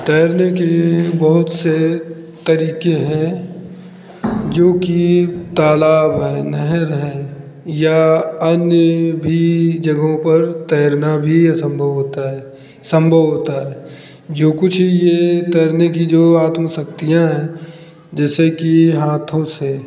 तैरने के बहुत से तरीके हैं जो कि तालाब हैं नहर हैं या अन्य भी जगह पर तैरना भी असंभव होता है संभव होता है जो कुछ यह तैरने की जो आत्मशक्तियाँ हैं जैसे कि हाथों से